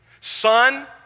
Son